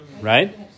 right